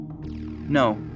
No